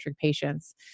patients